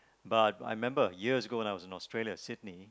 but I remember years ago when I was in Australia Sydney